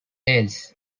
ales